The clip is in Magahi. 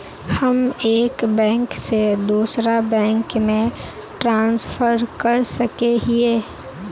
हम एक बैंक से दूसरा बैंक में ट्रांसफर कर सके हिये?